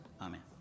Amen